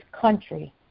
country